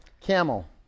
Camel